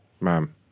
ma'am